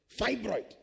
fibroid